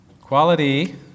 Quality